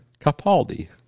Capaldi